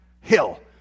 hill